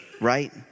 right